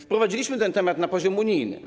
Wprowadziliśmy ten temat na poziom unijny.